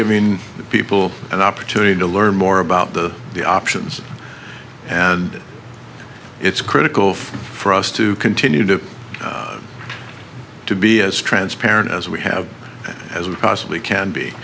giving people an opportunity to learn more about the the options and it's critical for us to continue to to be as transparent as we have as we possibly can be